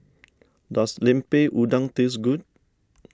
does Lemper Udang taste good